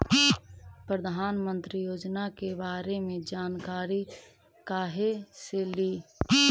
प्रधानमंत्री योजना के बारे मे जानकारी काहे से ली?